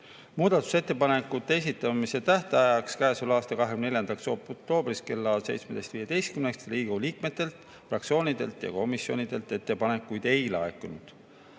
Muudatusettepanekute esitamise tähtajaks, käesoleva aasta 24. oktoobriks kella 17.15‑ks Riigikogu liikmetelt, fraktsioonidelt ega komisjonidelt ettepanekuid ei laekunud.